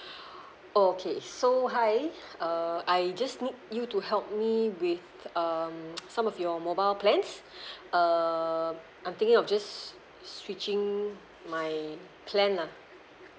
oh okay so hi uh I just need you to help me with um some of your mobile plans err I'm thinking of just switching my plan lah